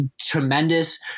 tremendous